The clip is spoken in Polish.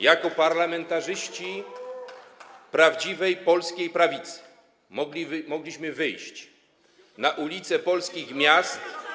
Jako parlamentarzyści prawdziwej polskiej prawicy mogliśmy wyjść na ulice polskich miast.